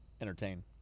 entertain